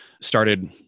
started